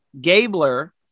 Gabler